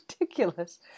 ridiculous